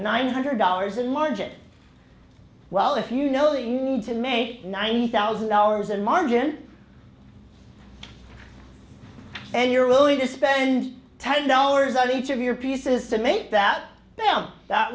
nine hundred dollars and margit well if you know that you need to make ninety thousand dollars and margin and you're willing to spend ten dollars on each of your pieces to make that th